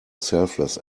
selfless